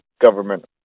Government